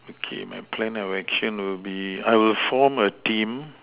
okay my plan action will be I will form a team